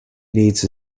needs